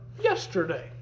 yesterday